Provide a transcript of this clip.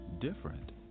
Different